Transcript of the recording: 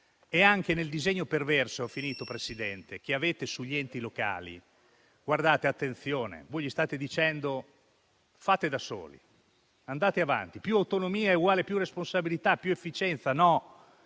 e anche nel disegno perverso - ho finito, Presidente - che avete sugli enti locali - attenzione - voi state dicendo loro di fare da soli, di andare avanti: più autonomia è uguale a più responsabilità e più efficienza. No: